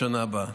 בשנה הבאה.